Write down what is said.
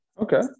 Okay